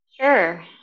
sure